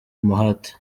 umuhate